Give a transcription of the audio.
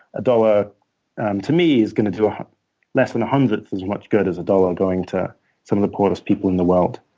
a dollar and to me is going to do ah less than a hundredth of as much good as a dollar going to some of the poorest people in the world.